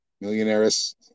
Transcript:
millionaires